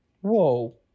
Whoa